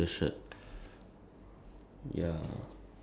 how to say that uh like the youtubers like they sell that on